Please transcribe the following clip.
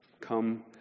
Come